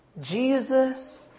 Jesus